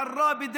עראבה,